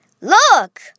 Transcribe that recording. Look